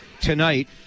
tonight